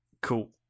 cool